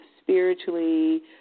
spiritually